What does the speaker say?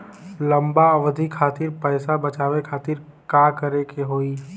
लंबा अवधि खातिर पैसा बचावे खातिर का करे के होयी?